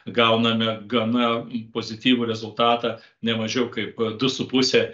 gauname gana pozityvų rezultatą ne mažiau kaip du su puse